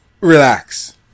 relax